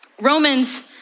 Romans